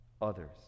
others